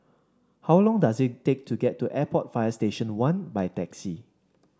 how long does it take to get to Airport Fire Station One by taxi